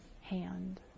hand